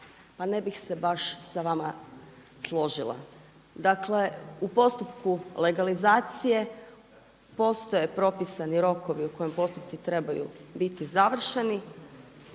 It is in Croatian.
pa ne bih se baš sa vama složila. Dakle u postupku legalizacije postoje propisani rokovi u kojem postupci trebaju biti završeni